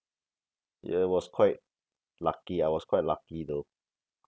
ya it was quite lucky I was quite lucky then